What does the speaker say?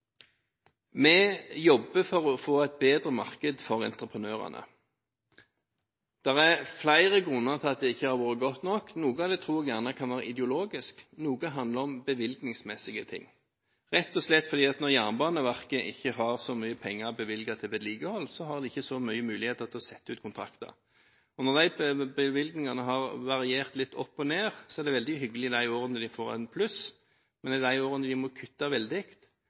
Vi jobber for å få et bedre marked for entreprenørene. Det er flere grunner til at det ikke har vært godt nok. Noen av dem tror jeg gjerne kan være ideologiske. Noe handler rett og slett om bevilgningsmessige ting, rett og slett fordi når Jernbaneverket ikke har så mye penger å bevilge til vedlikehold, har de ikke så mange muligheter til å sette ut kontrakter. Disse bevilgningene har variert litt opp og ned. Det er veldig hyggelig de årene de får et pluss, men de årene de må kutte veldig,